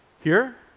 here